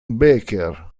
baker